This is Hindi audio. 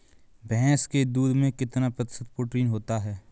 भैंस के दूध में कितना प्रतिशत प्रोटीन होता है?